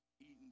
eaten